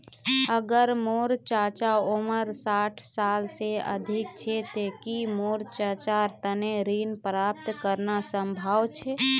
अगर मोर चाचा उम्र साठ साल से अधिक छे ते कि मोर चाचार तने ऋण प्राप्त करना संभव छे?